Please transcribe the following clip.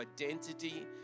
identity